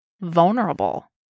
vulnerable